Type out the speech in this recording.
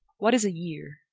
what is a year?